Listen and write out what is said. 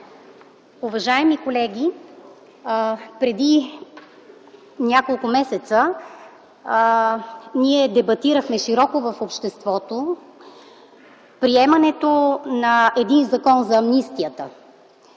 Уважаеми колеги, преди няколко месеца ние дебатирахме широко в обществото приемането на Закон за амнистията,